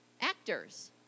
actors